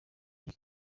iyi